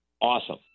awesome